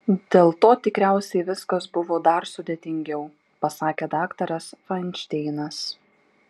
dėl to tikriausiai viskas buvo dar sudėtingiau pasakė daktaras fainšteinas